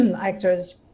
actors